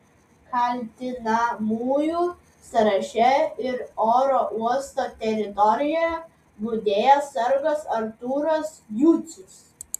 kaltinamųjų sąraše ir oro uosto teritorijoje budėjęs sargas artūras jucius